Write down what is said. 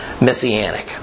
Messianic